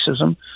racism